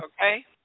Okay